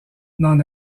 n’en